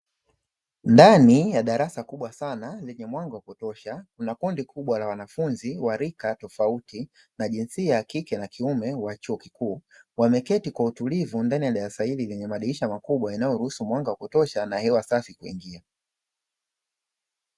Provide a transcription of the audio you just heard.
Ndani ya darasa kubwa sana lenye mwanga wa kutosha kuna kundi kubwa la wanafunzi wa rika tofauti na jinsia ya kike na kiume wa chuo kikuu, wameketi kwa utulivu ndani ya darasa hili lenye madirisha makubwa yanayoruhusu mwanga wa kutosha na hewa safi kuingia.